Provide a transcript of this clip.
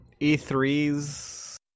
E3's